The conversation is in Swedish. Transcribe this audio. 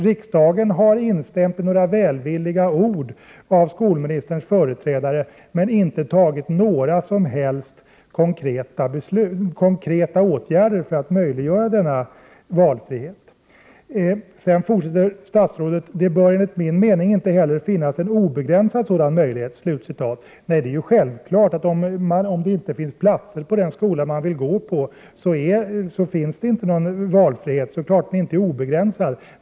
Riksdagen har instämt i några välvilliga ord av skolministerns företrädare men inte vidtagit några som helst konkreta åtgärder för att möjliggöra denna valfrihet. Sedan fortsätter statsrådet: ”Det bör enligt min mening inte heller finnas en obegränsad sådan möjlighet.” Nej, det är ju självklart att om det inte finns några platser på den skola man vill gå i, finns det inte obegränsad valfrihet.